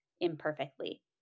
imperfectly